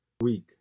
week